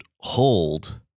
hold